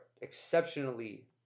exceptionally